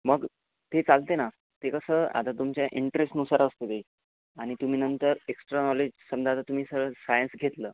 मग ते चालते ना ते कसं आता तुमच्या इंटरेस्टनुसार असतं ते आणि तुम्ही नंतर एक्स्ट्रा नॉलेज समजा आता तुम्ही सहज सायन्स घेतलं